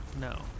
no